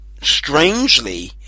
strangely